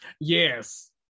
yes